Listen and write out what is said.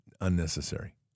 unnecessary